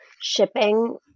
shipping